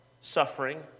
suffering